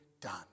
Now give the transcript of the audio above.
done